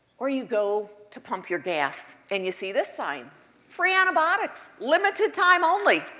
or you go to pump your gas, and you see this sign free antibiotics! limited time only.